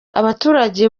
abaturage